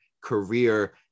career